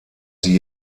sie